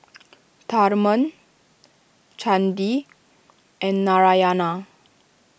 Tharman Chandi and Narayana